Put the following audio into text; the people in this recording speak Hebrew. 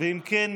אם כן,